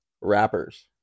rappers